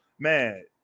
Man